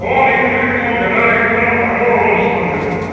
ঔ দেখিছোঁ দেখিছোঁ মই বেনাৰ দেখিছোঁ নহয় ডাঙৰ অনুষ্ঠান দেখোঁন